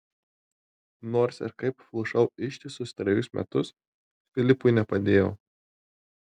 nors ir kaip plušau ištisus trejus metus filipui nepadėjau